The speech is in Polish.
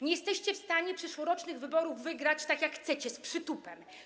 Nie jesteście w stanie przyszłorocznych wyborów wygrać tak, jak chcecie, z przytupem.